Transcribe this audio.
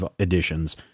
editions